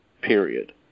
period